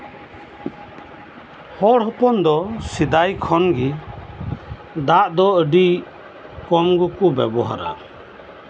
ᱦᱚᱲ ᱦᱚᱯᱚᱱ ᱫᱚ ᱥᱮᱫᱟᱭ ᱠᱷᱚᱱ ᱜᱮ ᱫᱟᱜ ᱫᱚ ᱟᱹᱰᱤ ᱠᱚᱢ ᱜᱮᱠᱚ ᱵᱮᱵᱚᱦᱟᱨᱟ